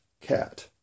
cat